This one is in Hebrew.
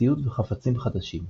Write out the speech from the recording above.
ציוד וחפצים חדשים,